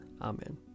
Amen